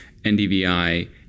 NDVI